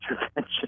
intervention